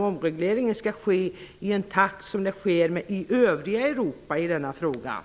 omregleringen skall ske i den takt som man har i övriga Europa i denna fråga.